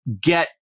get